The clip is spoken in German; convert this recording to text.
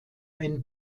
ein